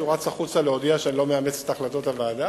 שהוא רץ החוצה להודיע שאני לא מאמץ את החלטות הוועדה?